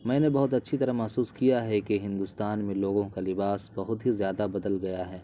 میں نے بہت اچھی طرح محسوس کیا ہے کہ ہندوستان میں لوگوں کا لباس بہت ہی زیادہ بدل گیا ہے